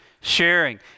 sharing